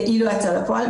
היא לא יצאה לפועל.